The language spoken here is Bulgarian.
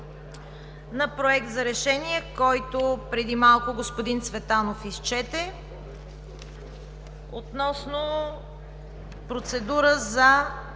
на Проект за решение, който преди малко господин Цветанов изчете, относно прекратяване